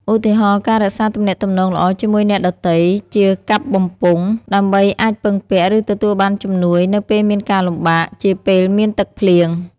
ឧទាហរណ៍ ការរក្សាទំនាក់ទំនងល្អជាមួយអ្នកដទៃ (ជាកាប់បំពង់) ដើម្បីអាចពឹងពាក់ ឬទទួលបានជំនួយនៅពេលមានការលំបាក (ជាពេលមានទឹកភ្លៀង)។